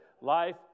Life